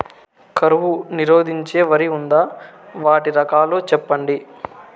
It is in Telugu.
కరువు నిరోధించే వరి ఉందా? వాటి రకాలు చెప్పండి?